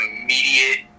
immediate